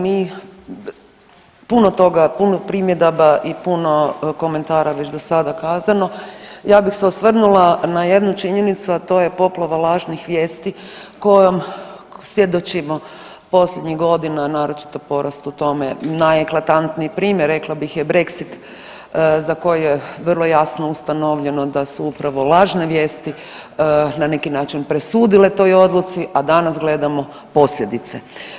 Mi puno toga, puno primjedaba i puno komentara već do sada kazano, ja bih se osvrnula na jednu činjenicu, a to je poplava lažnih vijesti kojom svjedočimo posljednjih godina, naročito porast u tome, najeklatantniji primjer, rekla bih je Brexit za koje vrlo jasno ustanovljeno da su upravo lažne vijesti na neki način presudile toj odluci, a danas gledamo posljedice.